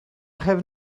have